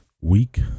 week